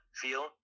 feel